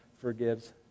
forgives